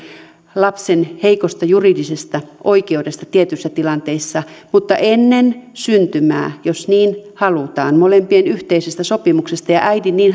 lapsen heikosta juridisesta oikeudesta tietyissä tilanteissa mutta ennen syntymää jos niin halutaan molempien yhteisestä sopimuksesta ja äidin niin